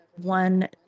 One